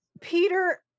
Peter